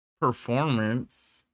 performance